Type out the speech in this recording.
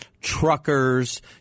truckers